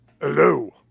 Hello